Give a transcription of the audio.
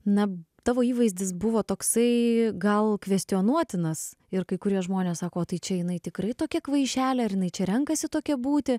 na tavo įvaizdis buvo toksai gal kvestionuotinas ir kai kurie žmonės sako tai čia jinai tikrai tokia kvaišelė jinai čia renkasi tokia būti